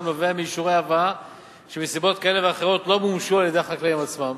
נובע מאישורי הבאה שמסיבות כאלה ואחרות לא מומשו על-ידי החקלאים עצמם.